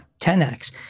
10X